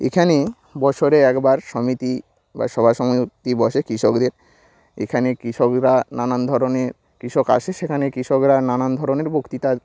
এখানে বছরে একবার সমিতি বা সভা সমিতি বসে কৃষকদের এখানে কৃষকরা নানান ধরনের কৃষক আসে সেখানে কৃষকরা নানান ধরনের বক্তৃতা